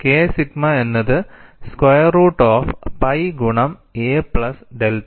K sigma എന്നത് square root of pi ഗുണം a plus delta